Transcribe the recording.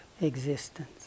existence